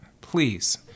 please